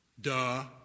Duh